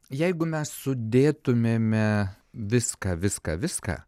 jeigu mes sudėtumėme viską viską viską